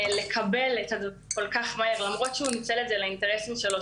לקבל כל כך מהר למרות שהוא ניצל את זה לאינטרסים שלו,